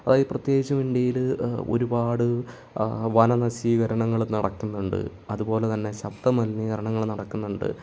അതായത് പ്രത്യേകിച്ചും ഇന്ത്യയിൽ ഒരുപാട് വനനശീകരണങ്ങൾ നടക്കുന്നുണ്ട് അതുപോലെതന്നെ ശബ്ദമലിനീകരണങ്ങൾ നടക്കുന്നുണ്ട്